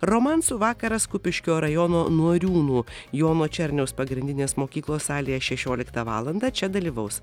romansų vakaras kupiškio rajono noriūnų jono černiaus pagrindinės mokyklos salėje šešioliktą valandą čia dalyvaus